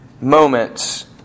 moments